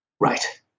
Right